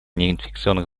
неинфекционных